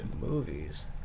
movies